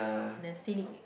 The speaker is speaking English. and a scenic